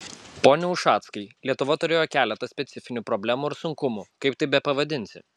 pone ušackai lietuva turėjo keletą specifinių problemų ar sunkumų kaip tai bepavadinsi